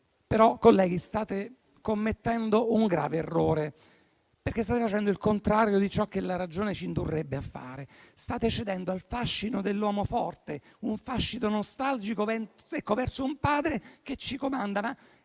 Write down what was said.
Colleghi, state commettendo un grave errore, perché state facendo il contrario di ciò che la ragione ci indurrebbe a fare. State cedendo al fascino dell'uomo forte, un fascino nostalgico verso un padre che ci comanda.